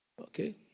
Okay